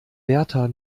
wärter